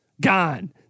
gone